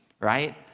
right